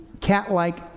cat-like